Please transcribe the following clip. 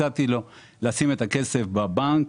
הצעתי לו לשים את הכסף בבנק.